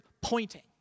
pointing